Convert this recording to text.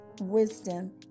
wisdom